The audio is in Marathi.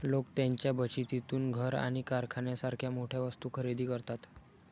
लोक त्यांच्या बचतीतून घर आणि कारसारख्या मोठ्या वस्तू खरेदी करतात